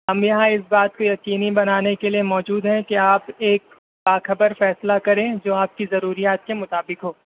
ہم یہاں اس بات کی یقینی بنانے کے لیے موجود ہیں کہ آپ ایک باخبر فیصلہ کریں جو آپ کی ضروریات کے مطابق ہو